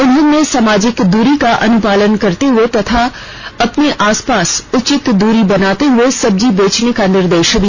उन्होंने सामाजिक दूरी का अनुपालन करते हुए तथा अपने आसपास उचित दूरी बनाते हुए सब्जी बेचने का निर्देश दिया